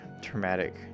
traumatic